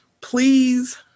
Please